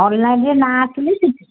ଅନ୍ଲାଇନ୍ରେ ନାଁ ଆସିଲେ